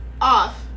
off